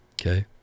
Okay